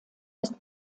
ist